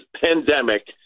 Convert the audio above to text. pandemic